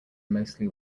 mostly